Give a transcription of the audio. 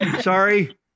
sorry